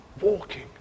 walking